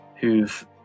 who've